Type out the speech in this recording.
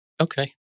Okay